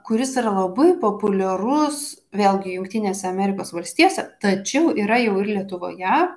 kuris yra labai populiarus vėlgi jungtinėse amerikos valstijose tačiau yra jau ir lietuvoje